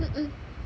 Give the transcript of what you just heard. mm mm